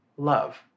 love